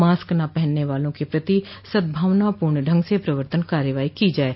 mask न पहनने वालों के प्रति सद्भावनापूर्ण ढंग से प्रवर्तन कार्रवाई की जाये